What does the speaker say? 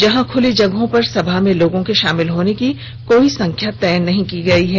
वहां खुली जगहों पर सभा में लोगों के शॉमिल होने की कोई संख्या तय नहीं की गई है